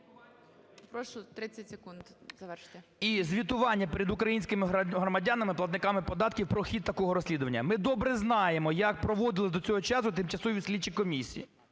Прошу, 30 секунд. КАПЛІН С.М. …і звітування перед українськими громадянами, платниками податків, про хід такого розслідування. Ми добре знаємо, як проводили до цього часу тимчасові слідчі комісії.